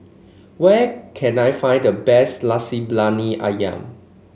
where can I find the best Nasi Briyani ayam